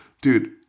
Dude